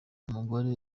umugore